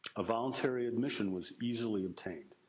a voluntary admission was easily obtained.